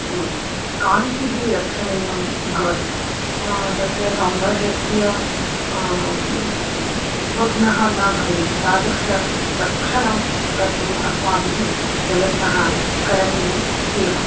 किं कान्तिः रक्षणीया भवति तस्य सौन्दर्यस्य किं भग्नः न भवेत् तादृशं रक्षणं कर्तुम् अस्माभिः प्रयत्नं करणीयम् एव